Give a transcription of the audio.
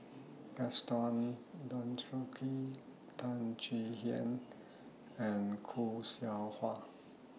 Gaston Dutronquoy Teo Chee Hean and Khoo Seow Hwa